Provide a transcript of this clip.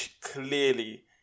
clearly